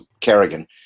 Kerrigan